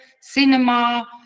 cinema